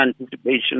anticipation